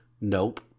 Nope